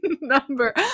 number